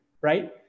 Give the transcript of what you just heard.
right